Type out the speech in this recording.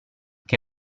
che